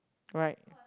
right